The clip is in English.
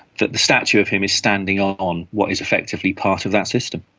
that the statue of him is standing on on what is effectively part of that system.